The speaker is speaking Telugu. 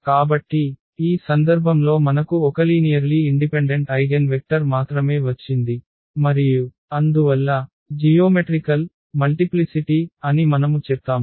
కాబట్టి ఈ సందర్భంలో మనకు ఒకలీనియర్లీ ఇండిపెండెంట్ ఐగెన్వెక్టర్ మాత్రమే వచ్చింది మరియు అందువల్ల జియోమెట్రికల్ మల్టిప్లిసిటి అని మనము చెప్తాము